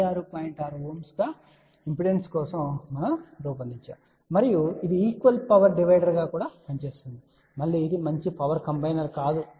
6Ω impedance కోసం మనము రూపొందించాము మరియు ఇది ఈక్వల్ పవర్ డివైడర్గా పనిచేస్తుంది మళ్ళీ ఇది మంచి పవర్ కంబైనర్ కాదు